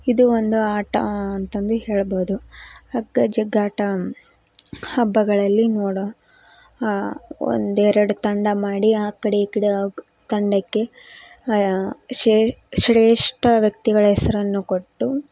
ಇದು ಒಂದು ಆಟ ಅಂತಂದು ಹೇಳ್ಬೋದು ಹಗ್ಗಜಗ್ಗಾಟ ಹಬ್ಬಗಳಲ್ಲಿ ನೋಡೋ ಒಂದು ಎರಡು ತಂಡ ಮಾಡಿ ಆ ಕಡೆ ಈ ಕಡೆ ಅಗ್ ತಂಡಕ್ಕೆ ಶ್ರೇಷ್ಠ ವ್ಯಕ್ತಿಗಳ ಹೆಸರನ್ನು ಕೊಟ್ಟು